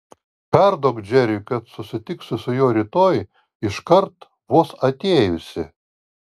perduok džeriui kad susitiksiu su juo rytoj iškart vos atėjusi